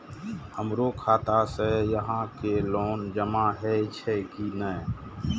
हमरो खाता से यहां के लोन जमा हे छे की ने?